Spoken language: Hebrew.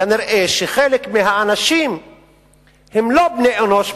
כנראה חלק מהאנשים הם לא בני-אנוש בעיניך,